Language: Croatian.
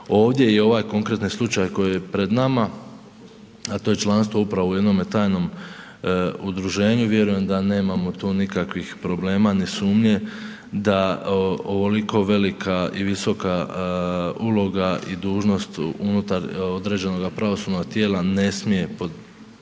ovdje i ovaj konkretni slučaj koji je pred nama, a to je članstvo upravo u jednome tajnom udruženju i vjerujem da nemamo tu nikakvih problema ni sumnje da ovoliko velika i visoka uloga i dužnost unutar određenoga pravosudnoga tijela ne smije ni